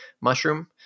mushroom